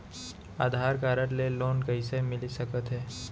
आधार card ले loan कइसे मिलिस सकत हे?